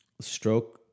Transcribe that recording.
stroke